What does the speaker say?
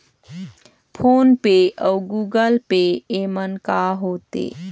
Phone पे अउ Google Pay येमन का होते?